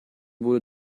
wurde